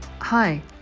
Hi